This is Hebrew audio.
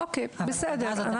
אוקיי, בסדר.